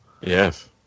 Yes